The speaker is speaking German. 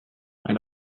ein